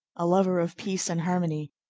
a lover of peace and harmony,